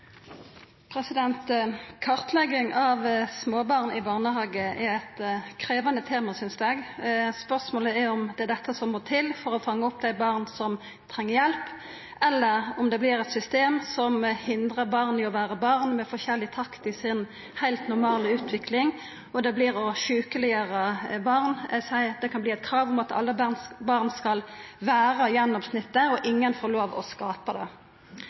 Kartlegging av småbarn i barnehage er eit krevjande tema, synest eg. Spørsmålet er om det er dette som må til for å fanga opp dei barna som treng hjelp, eller om dette vert eit system som hindrar barn i å vera barn, med forskjellig takt i si heilt normale utvikling, og at det vert å sjukeleggjera barn. Eg seier at det kan verta eit krav om at alle barn skal vera som gjennomsnittet, og ingen får lov å skapa det.